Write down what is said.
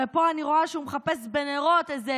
הרי פה אני רואה שהוא מחפש בנרות איזה